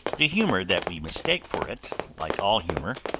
the humor that we mistake for it, like all humor,